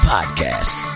Podcast